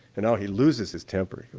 and now he loses his temper